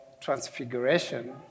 transfiguration